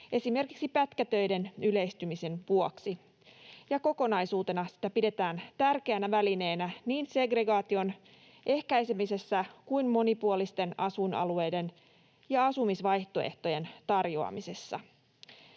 esimerkiksi pätkätöiden yleistymisen vuoksi, ja kokonaisuutena sitä pidetään tärkeänä välineenä niin segregaation ehkäisemisessä kuin monipuolisten asuinalueiden ja asumisvaihtoehtojen tarjoamisessa.